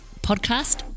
podcast